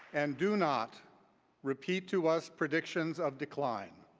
and do not repeat to us predictions of decline.